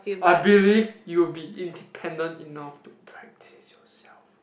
I believe you'll be independent enough to practise yourself